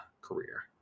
career